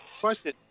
Question